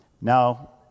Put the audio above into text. Now